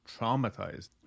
traumatized